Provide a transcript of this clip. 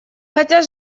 хотя